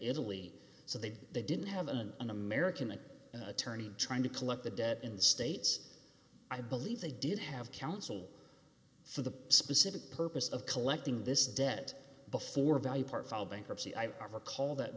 italy so they did they didn't have an american an attorney trying to collect the debt in the states i believe they did have counsel for the specific purpose of collecting this debt before value part file bankruptcy i recall that